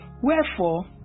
wherefore